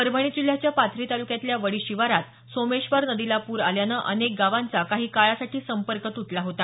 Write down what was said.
परभणी जिल्ह्याच्या पाथरी तालुक्यातल्या वडी शिवारात सोमेश्वर नदीला पूर आल्यानं अनेक गांवाचा काही काळासाठी संपर्क तुटला होता